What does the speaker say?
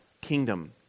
kingdom